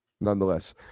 nonetheless